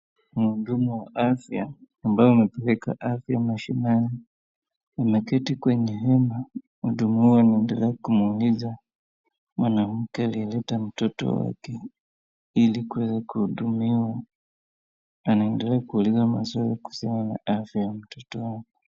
Mhudumu wa afya ambaye amepeleka afya mashinani ameketi kwenye hema, mhudumu huyu anaendelea kumuuliza mwanamke aliyeleta mtoto wake ili kuweza kuhudumiwa, anaendelea kuuliza mwaswali kuhusiana na afya ya mtoto wake.